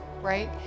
Right